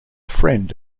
friend